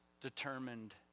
determined